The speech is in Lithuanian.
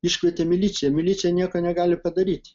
iškvietė miliciją milicija nieko negali padaryti